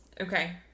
Okay